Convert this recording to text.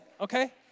okay